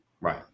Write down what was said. Right